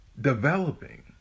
developing